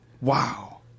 Wow